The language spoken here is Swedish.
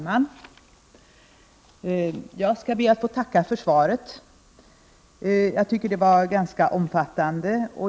Fru talman! Jag ber att få tacka för svaret, som jag tycker var ganska omfattande.